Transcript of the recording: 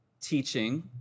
teaching